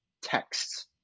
texts